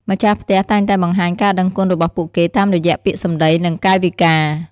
ម្ចាស់ផ្ទះតែងតែបង្ហាញការដឹងគុណរបស់ពួកគេតាមរយៈពាក្យសម្តីនិងកាយវិការ។